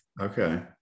Okay